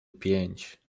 pięć